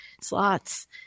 slots